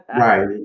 Right